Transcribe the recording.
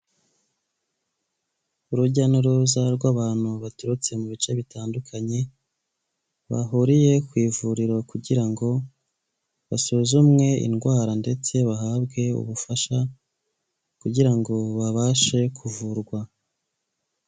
Urujya n'uruza rw'abantu baturutse mu bice bitandukanye, bahuriye ku ivuriro kugira ngo basuzumwe indwara ndetse bahabwe ubufasha kugira ngo babashe kuvurwa.